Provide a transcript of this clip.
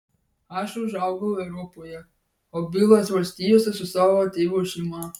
aš užaugau europoje o bilas valstijose su savo tėvo šeima